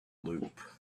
loop